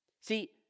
See